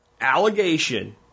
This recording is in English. allegation